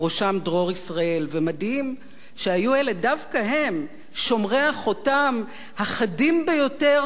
ומדהים שהיו אלה דווקא הם שומרי החותם החדים ביותר של זכרו של רבין,